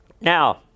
Now